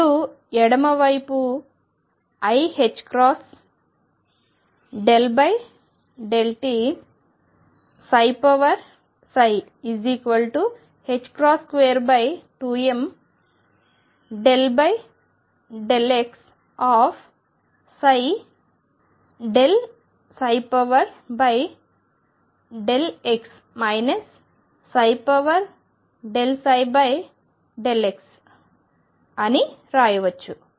ఇప్పుడు ఎడమ వైపు iℏ ∂t22m ∂x∂x ∂ψ∂x అని రాయవచ్చు